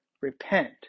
Repent